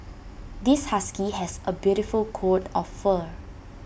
this husky has A beautiful coat of fur